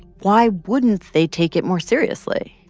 why wouldn't they take it more seriously?